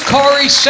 Corey